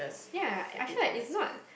ya I feel like it's not